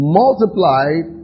multiplied